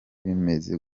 bimaze